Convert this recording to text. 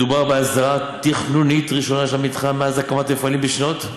מדובר בהסדרה תכנונית ראשונה של המתחם מאז הקמת המפעלים בשנות,